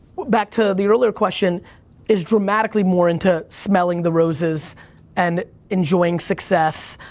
back to the earlier question is dramatically more into smelling the roses and enjoying success,